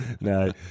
No